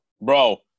Bro